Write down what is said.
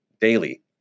daily